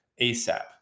ASAP